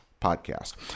Podcast